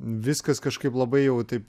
viskas kažkaip labai jau taip